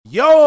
yo